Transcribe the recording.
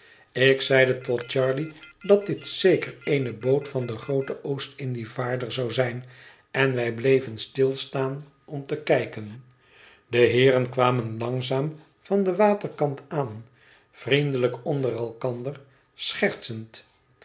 ik zeide tot charley dat dit zeker eene boot van den grooten oostindievaarder zou zijn en wij bleven stilstaan om te kijken de heeren kwamen langzaam van den waterkant aan vriendelijk onder elkander schertsend